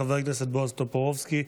חבר הכנסת בועז טופורובסקי,